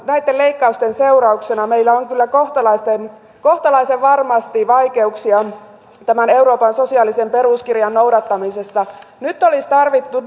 näitten leik kausten seurauksena meillä on kyllä kohtalaisen kohtalaisen varmasti vaikeuksia euroopan sosiaalisen peruskirjan noudattamisessa nyt olisi tarvittu